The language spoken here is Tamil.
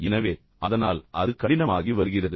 எனவே அதனால் அது கடினமாகி வருகிறது